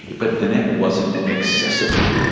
but the net wasn't accessible.